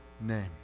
name